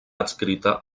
adscrita